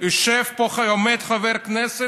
עיסאווי פריג',